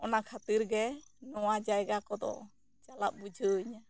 ᱚᱱᱟ ᱠᱷᱟᱹᱛᱤᱨ ᱜᱮ ᱱᱚᱣᱟ ᱡᱟᱭᱜᱟ ᱠᱚᱫᱚ ᱪᱟᱞᱟᱜ ᱵᱩᱡᱷᱟᱹᱣ ᱟᱹᱧᱟᱹ